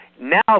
now